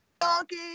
donkey